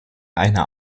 einer